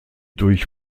durch